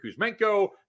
Kuzmenko